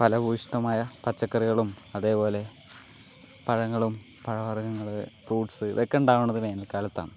ഫലഭൂയിഷ്ഠമായ പച്ചക്കകറികളും അതേപോലെ പഴങ്ങളും പഴവർഗ്ഗങ്ങൾ ഫ്രൂട്സ് ഇതൊക്കെ ഉണ്ടാകുന്നത് വേനൽക്കാലത്താണ്